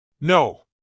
No